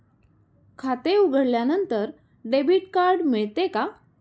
खाते उघडल्यानंतर debit card मिळते का?